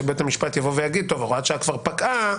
שבית המשפט יבוא ויגיד: הוראת השעה כבר פקעה,